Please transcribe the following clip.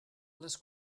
les